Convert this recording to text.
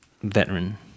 veteran